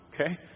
okay